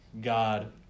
God